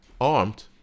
armed